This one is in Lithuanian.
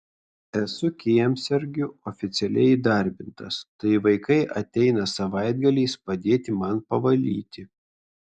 esu kiemsargiu oficialiai įdarbintas tai vaikai ateina savaitgaliais padėti man pavalyti